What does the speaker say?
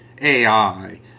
AI